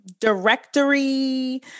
directory